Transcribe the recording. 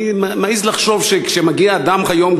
אני מעז לחשוב שכשמגיע אדם היום,